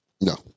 No